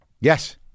Yes